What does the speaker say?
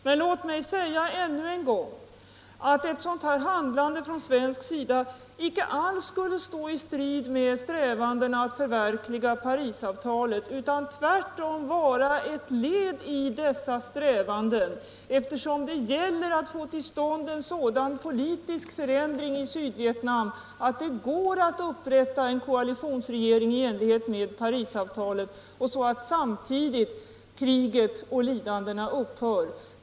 Men låt mig säga ännu en gång att ett sådant här handlande från svensk sida inte alls skulle stå i strid med strävandena att förverkliga Parisavtalet utan tvärtom vara ett led i dessa strävanden, eftersom det gäller att få till stånd en sådan politisk förändring i Sydvietnam att det går att upprätta en koalitionsregering i enlighet med Parisavtalet samtidigt som kriget och lidandena upphör.